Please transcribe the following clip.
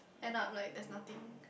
end up like there's nothing